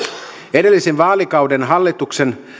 edellisen vaalikauden hallituksen